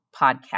podcast